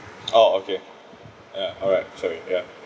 oh okay ya all right sorry ya